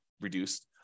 reduced